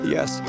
Yes